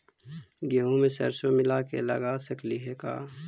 गेहूं मे सरसों मिला के लगा सकली हे का?